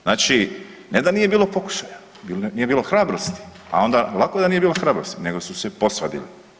Znači ne da nije bilo pokušaja, nije bilo hrabrosti, a onda, lako da nije bilo hrabrosti nego su se posvadili.